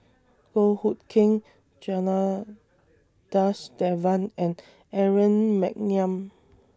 Goh Hood Keng Janadas Devan and Aaron Maniam